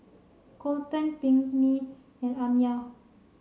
Colten Pinkney and Amiah